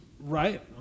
right